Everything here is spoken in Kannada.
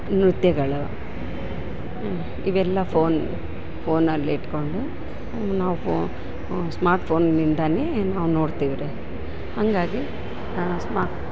ನೃತ್ಯಗಳು ಇವೆಲ್ಲ ಫೋನ್ ಫೋನಲ್ಲಿಟ್ಕೊಂಡು ನಾವು ಫೋನ್ ಸ್ಮಾರ್ಟ್ಫೋನ್ನಿಂದಾನೇ ನಾವು ನೋಡ್ತಿವ್ರಿ ಹಂಗಾಗಿ ಸ್ಮಾ